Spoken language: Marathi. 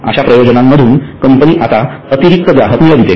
अश्या प्रयोजनांमधून कंपनी आता अतिरिक्त ग्राहक मिळवते